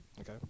okay